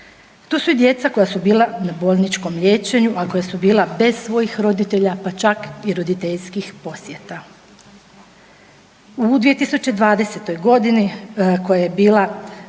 Tu su i djeca koja su bila na bolničkom liječenju, a koja su bila bez svojih roditelja, pa čak i roditeljskih posjeta. U 2020. godini koja je bila,